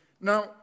Now